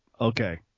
Okay